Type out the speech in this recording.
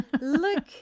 look